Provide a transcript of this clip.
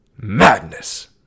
Madness